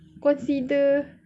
consider